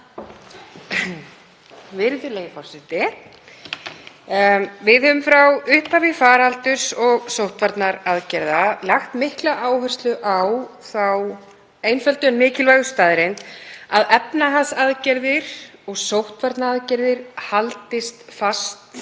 Við höfum frá upphafi faraldursins og sóttvarnaaðgerða lagt mikla áherslu á þá einföldu en mikilvægu staðreynd að efnahagsaðgerðir og sóttvarnaaðgerðir haldist þétt